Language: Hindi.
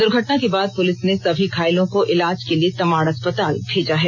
दुर्घटना के बाद पुलिस ने सभी घायलों को इलाज के लिए तमाड़ अस्पताल भेजा है